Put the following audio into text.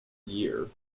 year